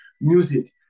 music